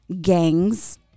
gangs